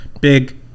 Big